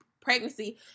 pregnancy